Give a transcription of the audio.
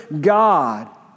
God